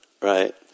right